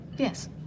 Yes